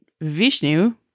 Vishnu